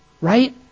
right